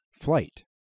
Flight